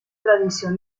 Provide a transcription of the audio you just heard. tradición